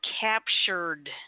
captured